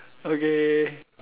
okay